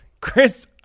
Chris